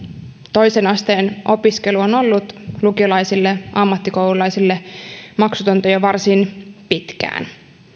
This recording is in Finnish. toisen asteen opiskelu on ollut lukiolaisille ja ammattikoululaisille maksutonta jo varsin pitkään